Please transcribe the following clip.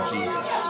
Jesus